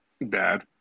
Bad